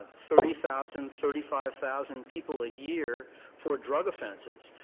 thirty thousand, thirty five thousand people a year for drug offenses.